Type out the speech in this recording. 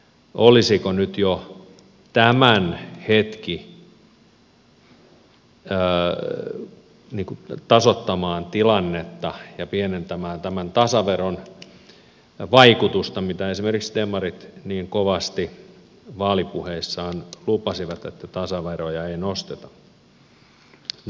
olisiko nyt jo oikea hetki tasoittaa tilannetta ja pienentää tämän tasaveron vaikutusta mitä esimerkiksi demarit niin kovasti vaalipuheissaan lupasivat että tasaveroja ei nosteta